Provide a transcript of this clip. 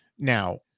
Now